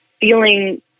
feeling